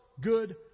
good